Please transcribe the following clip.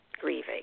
grieving